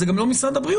זה גם לא משרד הבריאות.